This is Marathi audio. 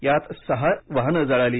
यात सहाही वाहने जळाली